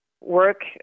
work